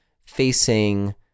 facing